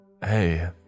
Hey